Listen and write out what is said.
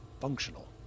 functional